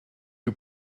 who